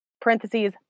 parentheses